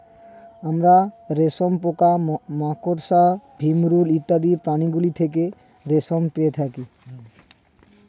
আমরা রেশম পোকা, মাকড়সা, ভিমরূল ইত্যাদি প্রাণীগুলো থেকে রেশম পেয়ে থাকি